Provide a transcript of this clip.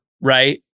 right